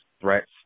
threats